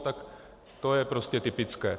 Tak to je prostě typické.